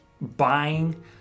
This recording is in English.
buying